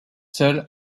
seul